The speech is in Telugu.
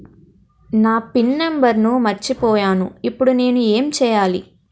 నా పిన్ నంబర్ మర్చిపోయాను ఇప్పుడు నేను ఎంచేయాలి?